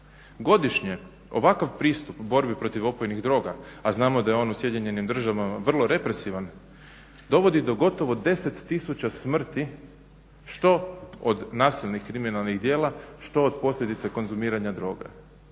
Godišnje ovakav pristup borbi protiv opojnih droga, a znamo da je on u Sjedinjenim Državama vrlo represivan dovodi do gotovo 10000 smrti što od nasilnih kriminalnih jela, što od posljedice konzumiranja droga.